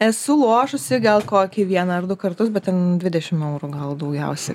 esu lošusi gal kokį vieną ar du kartus bet ten dvidešim eurų gal daugiausiai